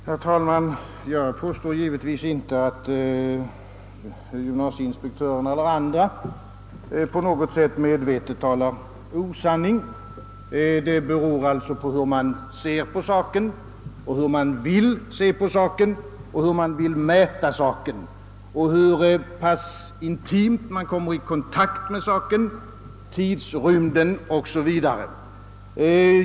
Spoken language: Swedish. Herr talman! Jag påstår givetvis inte att gymnasieinspektörerna eller andra personer i något avseende medvetet talar osanning. Det beror på hur man ser på saken, och hur man vill se på saken, hur man vill mäta saken och hur pass intimt man kommer i kontakt med den, tidrymden m.m.